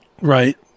right